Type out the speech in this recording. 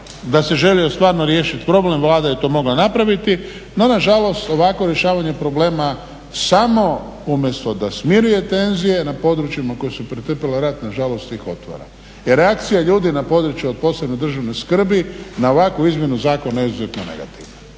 da se želio stvarno riješiti problem Vlada je to mogla napraviti no nažalost ovakvo rješavanje problema samo umjesto da smiruje tenzije na područjima koja su pretrpjela rat nažalost ih otvara. Jer reakcija ljudi na području od posebne državne skrbi na ovakvu izmjenu zakona je izuzetno negativna.